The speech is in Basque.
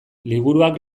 liburuak